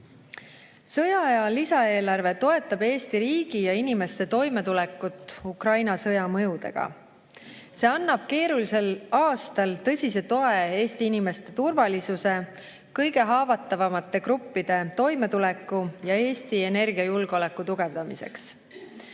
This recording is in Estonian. lisaeelarve toetab Eesti riigi ja inimeste toimetulekut Ukraina sõja mõjudega. See annab keerulisel aastal tõsise toe Eesti inimeste turvalisuse, kõige haavatavamate gruppide toimetuleku ja Eesti energiajulgeoleku tugevdamiseks.